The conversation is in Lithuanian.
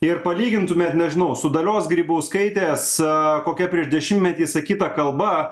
ir palygintumėt nežinau su dalios grybauskaitės kokia prieš dešimtmetį sakyta kalba